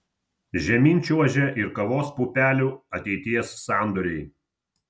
žemyn čiuožia ir kavos pupelių ateities sandoriai